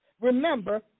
Remember